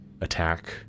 attack